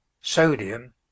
sodium